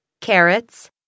carrots